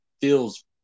feels